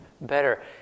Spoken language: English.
better